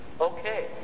Okay